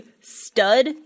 stud